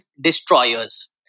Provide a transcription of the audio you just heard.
destroyers